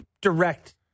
direct –